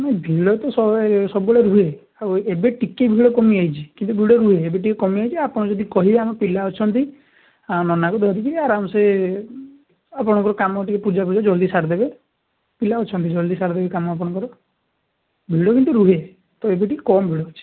ହଁ ଭିଡ଼ ତ ସବୁବେଳେ ରୁହେ ଆଉ ଏବେ ଟିକିଏ ଭିଡ଼ କମିଯାଇଛି କିନ୍ତୁ ଭିଡ଼ ରୁହେ ଏବେ ଟିକିଏ କମିଯାଇଛି ଆପଣ ଯଦି କହିବେ ଆମ ପିଲା ଅଛନ୍ତି ନନାକୁ ଧରିକରି ଆରାମସେ ଆପଣଙ୍କର କାମ ଟିକିଏ ପୂଜାପୁଜି ଜଲ୍ଦି ସାରିଦେବ ପିଲା ଅଛନ୍ତି ଜଲ୍ଦି ସାରିଦେବେ କାମ ଆପଣଙ୍କର ଭିଡ଼ କିନ୍ତୁ ରୁହେ ତ ଏବେ ଟିକିଏ କମ୍ ଭିଡ଼ ଅଛି